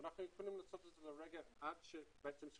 ואנחנו יכולים לעשות את זה עד שצריכים